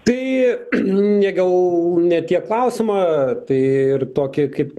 tai ne gal ne tiek klausimą tai ir tokį kaip